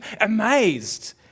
amazed